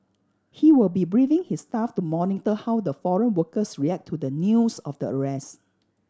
he will be briefing his staff to monitor how the foreign workers react to the news of the arrest